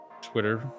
Twitter